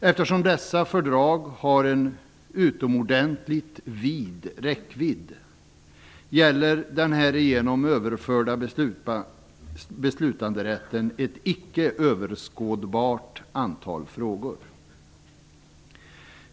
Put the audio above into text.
Eftersom dessa fördrag har en utomordentligt vid räckvidd gäller den härigenom överförda beslutanderätten ett icke-överskådligt antal frågor.